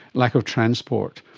lack of transport,